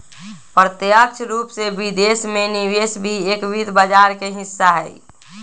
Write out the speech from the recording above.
प्रत्यक्ष रूप से विदेश में निवेश भी एक वित्त बाजार के हिस्सा हई